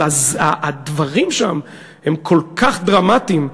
אבל הדברים שם הם כל כך דרמטיים,